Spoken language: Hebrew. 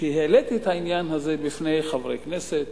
כשהעליתי את העניין הזה בפני חברי הכנסת